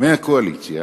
מהקואליציה